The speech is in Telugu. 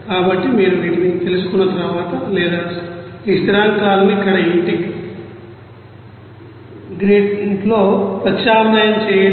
కాబట్టి మీరు వీటిని తెలుసుకున్న తర్వాత లేదా ఈ స్థిరాంకాలను ఇక్కడ ఈ ఇంటిగ్రెంట్లో ప్రత్యామ్నాయం చేయండి